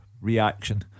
reaction